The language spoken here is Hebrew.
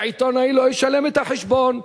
והעיתונאי לא ישלם את החשבון,